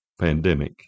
pandemic